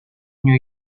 new